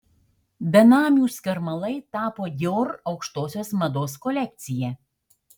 benamių skarmalai tapo dior aukštosios mados kolekcija